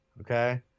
Okay